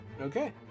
Okay